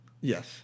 Yes